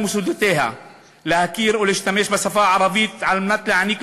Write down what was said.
מוסדותיה להכיר ולהשתמש בשפה הערבית על מנת להעניק